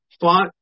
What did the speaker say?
fought